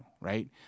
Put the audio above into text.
right